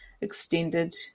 extended